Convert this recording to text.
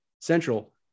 central